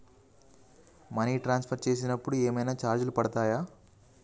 Money transfer చేసినప్పుడు ఏమైనా charges పడతయా?